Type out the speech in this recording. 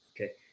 okay